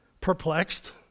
perplexed